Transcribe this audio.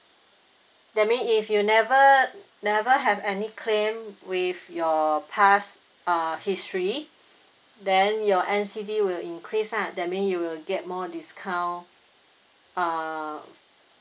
that mean if you never never have any claim with your past uh history then your N_C_D will increase lah that mean you will get more discount uh